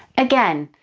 again,